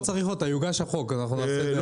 לא צריך אותה, יוגש החוק, אנחנו נעשה את זה.